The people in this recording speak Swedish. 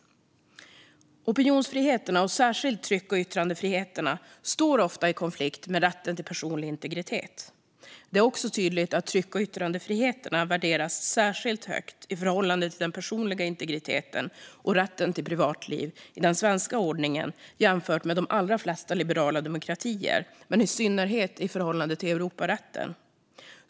Opinionsfriheterna, och då särskilt tryck och yttrandefriheterna, står ofta i konflikt med rätten till personlig integritet. Det är också tydligt att tryck och yttrandefriheterna värderas särskilt högt i förhållande till den personliga integriteten och rätten till privatliv i den svenska ordningen jämfört med de allra flesta liberala demokratier, men i synnerhet i förhållande till Europarätten.